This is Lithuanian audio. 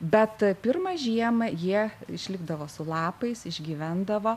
bet pirmą žiemą jie išlikdavo su lapais išgyvendavo